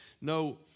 no